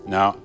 Now